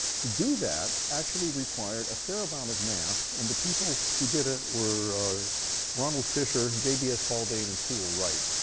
to do that actually required a fair amount of math, and the people who did it were ronald fisher, j b s. haldane and sewall wright,